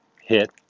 hit